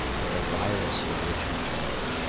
on the vilest of which we chanced.